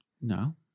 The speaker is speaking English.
No